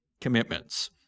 commitments